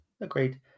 Agreed